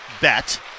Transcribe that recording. bet